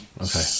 okay